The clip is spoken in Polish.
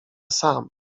sam